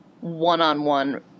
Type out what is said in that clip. one-on-one